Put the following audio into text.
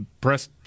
press